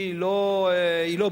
היא לא בעניין?